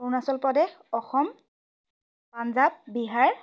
Arunachal Pradesh Assam Punjab Bihar